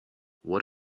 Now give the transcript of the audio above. what